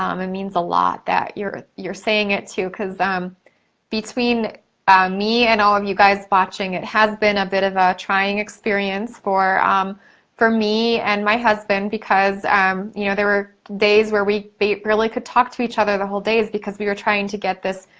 um it means a lot that you're you're saying it too, cause um between me and all of you guys watching, it has been a bit of a trying experience for um for me and my husband because um you know there were days where we barely could talk to each other the whole days because we were trying to get this